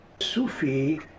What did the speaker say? Sufi